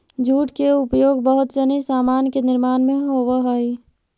jute के उपयोग बहुत सनी सामान के निर्माण में होवऽ हई